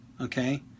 Okay